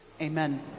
Amen